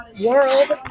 World